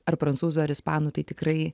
ar prancūzų ar ispanų tai tikrai